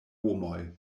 homoj